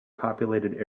populated